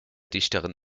dichterin